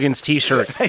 T-shirt